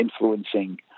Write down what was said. influencing